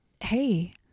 Hey